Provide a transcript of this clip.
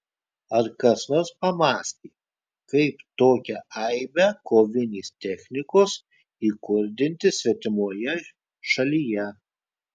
ar kas nors pamąstė kaip tokią aibę kovinės technikos įkurdinti svetimoje šalyje